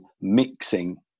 mixing